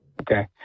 Okay